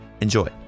Enjoy